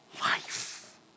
life